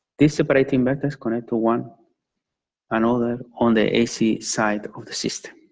these separating inverters connect to one on ah the on the ac side of the system.